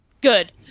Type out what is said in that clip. Good